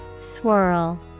Swirl